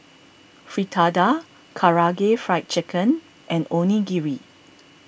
Fritada Karaage Fried Chicken and Onigiri